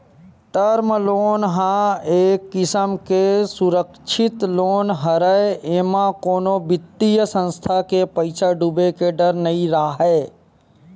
term loan ह एक किसम के सुरक्छित लोन हरय एमा कोनो बित्तीय संस्था के पइसा डूबे के डर नइ राहय